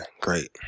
great